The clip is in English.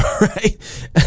right